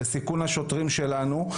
בסיכון השוטרים שלנו.